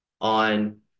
on